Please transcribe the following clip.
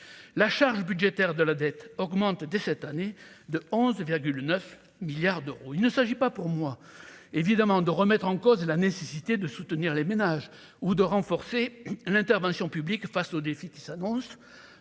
la charge budgétaire de la dette augmente dès cette année de 11,9 milliards d'euros, il ne s'agit pas pour moi, évidemment, de remettre en cause la nécessité de soutenir les ménages ou de renforcer l'intervention publique face aux défis qui s'annoncent,